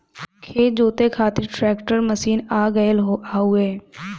खेत जोते खातिर ट्रैकर मशीन आ गयल हउवे